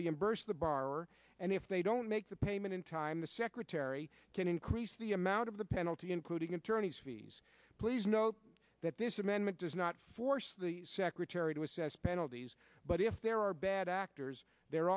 reimburse the bar and if they don't make the payment in time the secretary can increase the amount of the penalty including attorney's fees please note that this amendment does not force the secretary to assess penalties but if there are bad actors the